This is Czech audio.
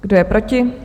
Kdo je proti?